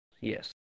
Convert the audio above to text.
yes